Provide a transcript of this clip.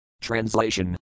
Translation